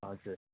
हजुर